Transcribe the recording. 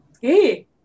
Hey